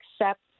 accept